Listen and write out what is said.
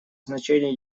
значение